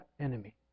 enemy